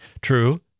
True